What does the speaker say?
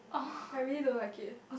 I really don't like it